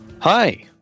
Hi